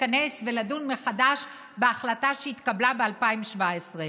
להתכנס ולדון מחדש בהחלטה שהתקבלה ב-2017.